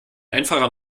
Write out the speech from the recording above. einfacher